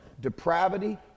Depravity